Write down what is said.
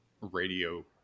radio